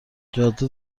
جاده